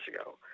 ago